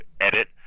edit